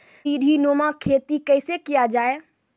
सीडीनुमा खेती कैसे किया जाय?